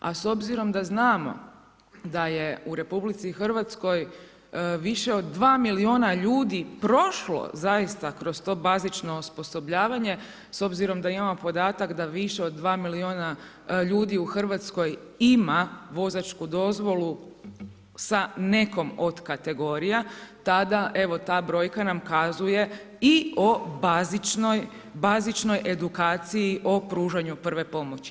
A s obzirom da znamo da je u RH više od 2 milijuna ljudi prošlo zaista kroz to bazično osposobljavanje, s obzirom da imamo podatak da više od 2 milijuna ljudi u Hrvatskoj ima vozačku dozvolu sa nekom od kategorija, tada evo ta brojka nam kazuje i o bazičnoj edukaciji o pružanju prve pomoći.